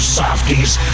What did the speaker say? softies